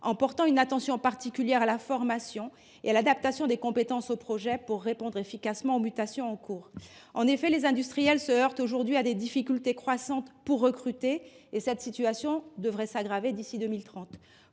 en portant une attention particulière à la formation et à l’adaptation des compétences au projet ; ainsi nous donnerons nous les moyens de répondre efficacement aux mutations en cours. En effet, les industriels se heurtent aujourd’hui à des difficultés croissantes pour recruter et cette situation devrait s’aggraver d’ici à 2030.